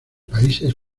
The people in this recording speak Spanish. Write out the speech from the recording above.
países